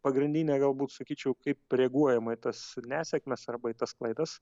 pagrindinė galbūt sakyčiau kaip reaguojama į tas nesėkmes arba į tas klaidas